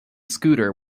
scooter